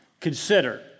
Consider